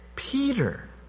Peter